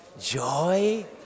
joy